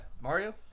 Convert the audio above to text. Mario